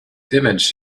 image